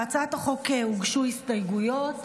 להצעת החוק הוגשו הסתייגויות.